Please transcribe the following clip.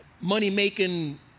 money-making